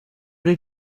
did